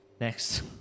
Next